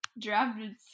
drafted